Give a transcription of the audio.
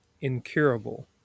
incurable